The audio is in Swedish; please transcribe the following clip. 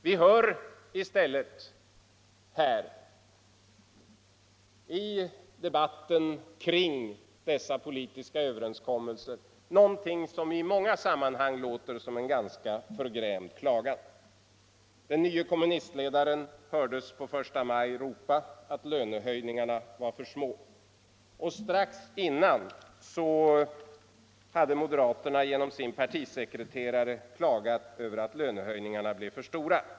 Vi hör i stället här i debatten kring dessa politiska överenskommelser någonting som i många sammanhang låter som en ganska förgrämd klagan. Den nye kommunistledaren hördes på första maj ropa att lönehöjningarna var för små. Och strax innan hade moderaterna genom sin partisekreterare klagat över att löneförhöjningarna blev för stora.